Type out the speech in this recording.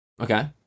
Okay